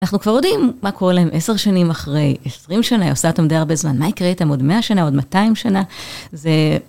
אנחנו כבר יודעים מה קורה להם עשר שנים אחרי, עשרים שנה, היא עושה אותם די הרבה זמן, מה יקרה איתם עוד מאה שנה, עוד 200 שנה?